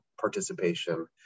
participation